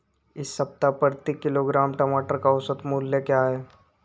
इस सप्ताह प्रति किलोग्राम टमाटर का औसत मूल्य क्या है?